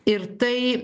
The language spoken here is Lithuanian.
ir tai